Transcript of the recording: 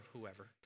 whoever